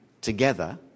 together